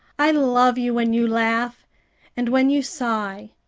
i love you when you laugh and when you sigh.